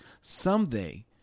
Someday